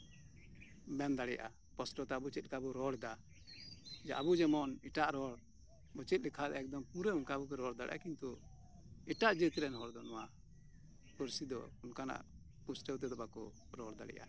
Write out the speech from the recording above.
ᱢᱮᱱ ᱫᱟᱲᱮᱭᱟᱜᱼᱟ ᱯᱚᱥᱴᱚ ᱛᱮ ᱟᱵᱚ ᱪᱮᱫ ᱞᱮᱠᱟ ᱵᱚ ᱨᱚᱲ ᱮᱫᱟ ᱟᱵᱚ ᱡᱮᱢᱚᱱ ᱮᱴᱟᱜ ᱨᱚᱲ ᱪᱮᱫ ᱞᱮᱠᱷᱟᱱ ᱯᱩᱨᱟᱹ ᱚᱱᱠᱟ ᱜᱮᱵᱚᱱ ᱨᱚᱲ ᱫᱟᱲᱮᱭᱟᱜᱼᱟ ᱠᱤᱱᱛᱩ ᱮᱴᱟᱜ ᱡᱟᱹᱛ ᱨᱮᱱ ᱦᱚᱲ ᱫᱚ ᱱᱚᱶᱟ ᱯᱟᱹᱨᱥᱤ ᱩᱱᱟᱹᱜ ᱯᱩᱥᱴᱟᱹᱣ ᱛᱮᱫᱚ ᱵᱟᱝᱠᱚ ᱨᱚᱲ ᱫᱟᱲᱮᱭᱟᱜᱼᱟ